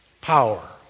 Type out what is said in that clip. power